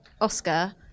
Oscar